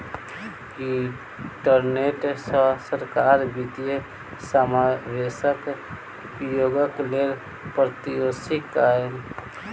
internet सॅ सरकार वित्तीय समावेशक उपयोगक लेल प्रोत्साहित कयलक